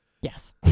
Yes